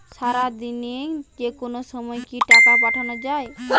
সারাদিনে যেকোনো সময় কি টাকা পাঠানো য়ায়?